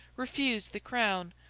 refused the crown,